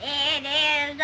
and